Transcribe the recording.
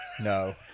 no